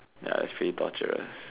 ya it's pretty torturous